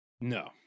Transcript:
No